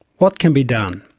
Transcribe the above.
what can be done?